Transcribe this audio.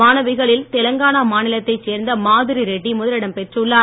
மாணவிகளில் தெலுங்கானா மாநிலத்தைச் சேர்ந்த மாதூரி ரெட்டி முதலிடம் பெற்றுள்ளார்